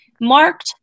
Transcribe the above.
marked